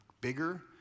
bigger